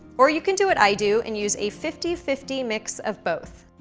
or you can do what i do, and use a fifty fifty mix of both.